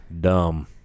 Dumb